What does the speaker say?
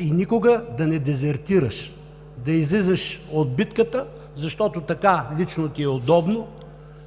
и никога да не дезертираш, да излизаш от битката, защото така лично ти е удобно